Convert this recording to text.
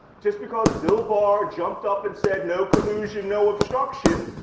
just because bill barr jumped up and said, no collusion, no obstruction,